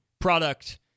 product